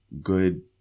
good